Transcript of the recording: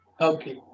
Okay